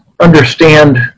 understand